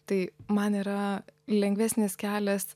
tai man yra lengvesnis kelias